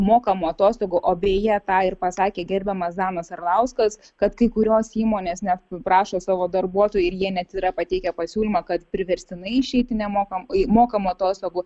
mokamų atostogų o beje tą ir pasakė gerbiamas danas arlauskas kad kai kurios įmonės net prašo savo darbuotojų ir jie net yra pateikę pasiūlymą kad priverstinai išeiti nemokam mokamų atostogų